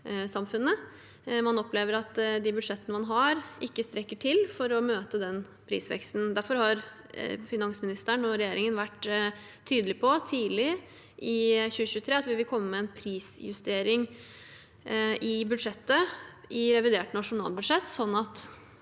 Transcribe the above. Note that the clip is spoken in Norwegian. Man opplever at de budsjettene man har, ikke strekker til for å møte den prisveksten. Derfor har finansministeren og regjeringen tidlig i 2023 vært tydelig på at vi vil komme med en prisjustering i revidert nasjonalbudsjett, sånn at